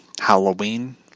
Halloween